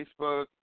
Facebook